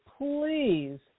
please